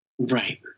right